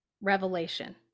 revelation